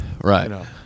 Right